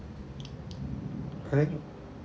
correct